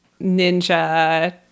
Ninja